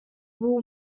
ubu